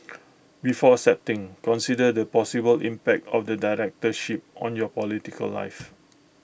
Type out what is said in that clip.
before accepting consider the possible impact of the directorship on your political life